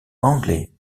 anglais